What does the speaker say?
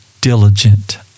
diligent